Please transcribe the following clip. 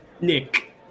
Nick